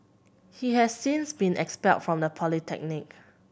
he has since been expelled from the polytechnic